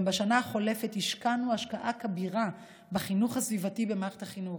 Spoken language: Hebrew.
גם בשנה החולפת השקענו השקעה כבירה בחינוך הסביבתי במערכת החינוך.